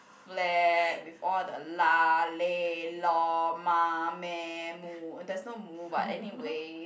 flat with all the lah leh lor mah meh moo there's no moo but anyway